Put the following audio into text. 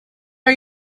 are